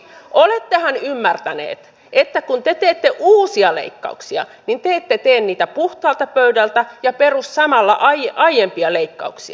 toiseksi olettehan ymmärtäneet että kun te teette uusia leikkauksia niin te ette tee niitä puhtaalta pöydältä ja peru samalla aiempia leikkauksia